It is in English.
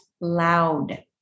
loud